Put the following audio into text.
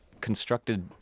constructed